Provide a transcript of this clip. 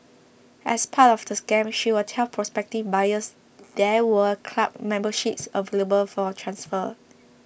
as part of the scam she would tell prospective buyers there were club memberships available for transfer